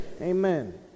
Amen